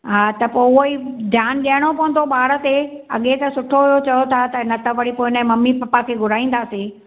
हा त पोइ उहा ई ध्यानु ॾियणो पवंदो ॿार ते अॻे त सुठो चओ था त न त वरी पोइ हिनजे ममी पपा खे घुराईंदासीं